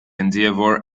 endeavor